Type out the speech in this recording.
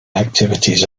activities